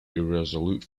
irresolute